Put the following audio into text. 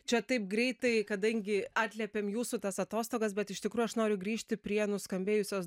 čia taip greitai kadangi atliepėm jūsų tas atostogas bet iš tikrųjų aš noriu grįžti prie nuskambėjusios